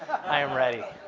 i'm ready.